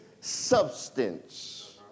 substance